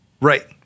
Right